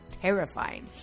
terrifying